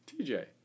TJ